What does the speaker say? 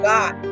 God